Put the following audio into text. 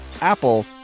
Apple